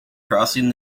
crossing